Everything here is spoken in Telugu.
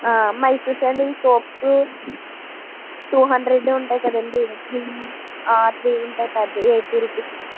Mysore sandal soaps two hundred ఉంటాయి కదండి ఎయిటి రూపీస్ వి